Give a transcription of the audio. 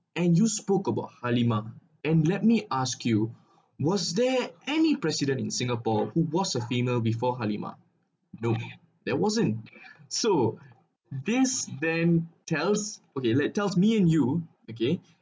and you spoke about halimah and let me ask you was there any president in singapore who was a female before halimah nope there wasn't so this then tells okay let tells me and you okay